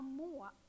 more